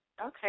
Okay